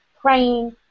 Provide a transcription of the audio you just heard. praying